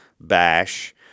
Bash